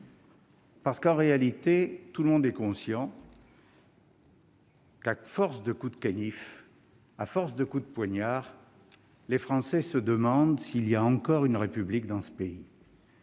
Parce que, tout le monde en est conscient, à force de coups de canif, à force de coups de poignard, les Français se demandent s'il y a encore une République dans ce pays,